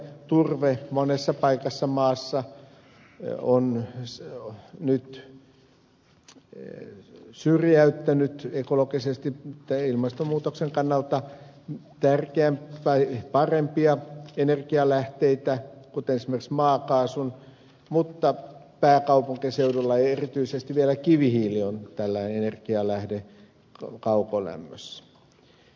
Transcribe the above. turve monessa paikassa on syrjäyttänyt ekologisesti tai ilmastonmuutoksen kannalta parempia energian lähteitä kuten esimerkiksi maakaasun mutta pääkaupunkiseudulla erityisesti vielä kivihiili on ongelmallinen energian lähde kaukolämmössä